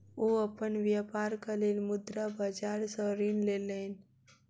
ओ अपन व्यापारक लेल मुद्रा बाजार सॅ ऋण लेलैन